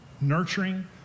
nurturing